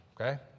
okay